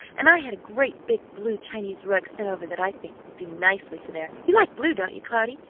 and i had a great big blue chinese rug sent over that i think will do nicely for there. you like blue, don't you, cloudy?